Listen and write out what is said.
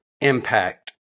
impact